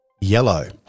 Yellow